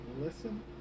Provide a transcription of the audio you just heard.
listen